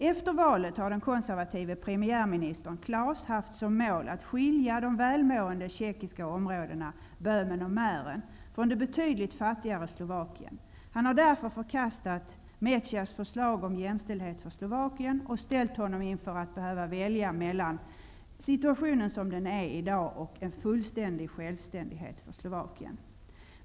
Efter valet har den konservative premiärministern Klaus haft som mål att skilja de välmående tjeckiska områdena Böhmen och Mähren från det betydligt fattigare Slovakien. Han har därför förkastat Mecairs förslag om jämställdhet för Slovakien och ställt honom inför att behöva välja mellan situationen som den är i dag och en fullständig självständighet för Slovakien.